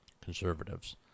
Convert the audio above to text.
Conservatives